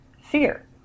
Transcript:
fear